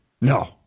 No